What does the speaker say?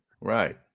Right